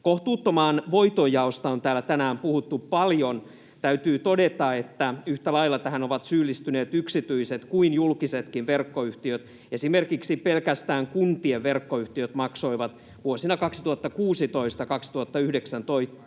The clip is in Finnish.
Kohtuuttoman voiton jaosta on täällä tänään puhuttu paljon. Täytyy todeta, että yhtä lailla tähän ovat syyllistyneet yksityiset kuin julkisetkin verkkoyhtiöt. Esimerkiksi pelkästään kuntien verkkoyhtiöt maksoivat vuosina 2016—2019